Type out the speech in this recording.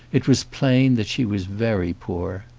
it was plain that she was very poor.